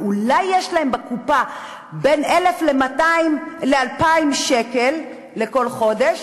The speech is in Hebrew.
ואולי יש להם בקופה בין 1,000 ל-2,000 שקל לכל חודש,